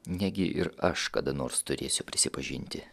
negi ir aš kada nors turėsiu prisipažinti